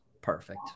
perfect